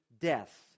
death